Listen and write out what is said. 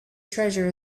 treasure